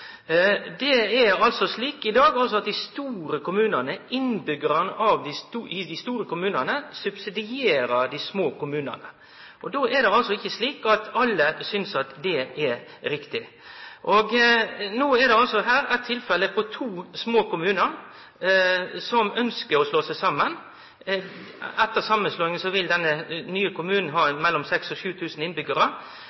Det er altså slik i dag at innbyggjarane i dei store kommunane subsidierer dei små kommunane. Alle synest ikkje at det er riktig. No er det altså eit tilfelle med to små kommunar som ønskjer å slå seg saman. Etter samanslåinga vil denne nye kommunen ha